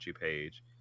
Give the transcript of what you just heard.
page